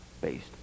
based